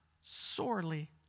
sorely